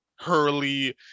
Hurley